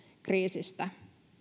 kriisistä